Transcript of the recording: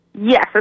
Yes